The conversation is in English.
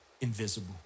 invisible